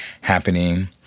happening